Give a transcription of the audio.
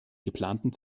geplanten